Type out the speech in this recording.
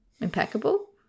impeccable